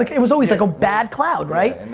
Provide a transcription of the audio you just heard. like it was always like a bad cloud, right? and